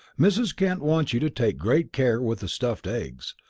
mrs. kent wants you to take great care with the stuffed eggs.